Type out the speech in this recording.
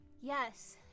Yes